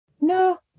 no